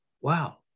Wow